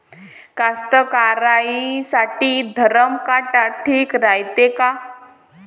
कास्तकाराइसाठी धरम काटा ठीक रायते का?